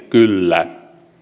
kyllä